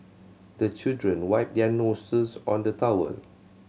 the children wipe their noses on the towel